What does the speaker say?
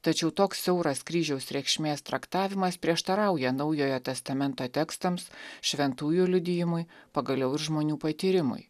tačiau toks siauras kryžiaus reikšmės traktavimas prieštarauja naujojo testamento tekstams šventųjų liudijimui pagaliau ir žmonių patyrimui